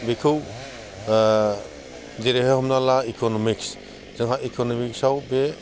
बेखौ जेरैहाय हमना ला इक'न'मिक्स जोंहा इक'न'मिक्सआव बे